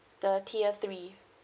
the tier three